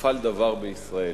נפל דבר בישראל,